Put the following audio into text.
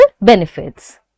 benefits